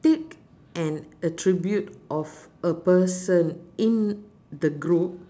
pick an attribute of a person in the group